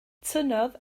tynnodd